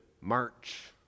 march